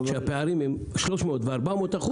שהפערים מולם הם 300% ו-400%,